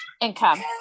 income